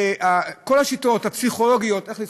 עם כל השיטות הפסיכולוגיות איך לסחוף,